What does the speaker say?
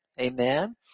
amen